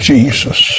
Jesus